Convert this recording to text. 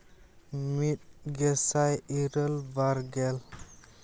ᱢᱤᱫ ᱜᱮᱥᱟᱭ ᱤᱨᱟᱹᱞ ᱵᱟᱨᱜᱮᱞ